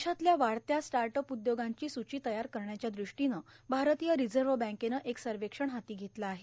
देशातल्या वाढत्या startup उद्योगांची सूची तयार करण्याच्या दृष्टीनं भारतीय र्रारझव्ह बँकेनं एक सवक्षण हाती घेतलं आहे